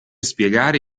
spiegare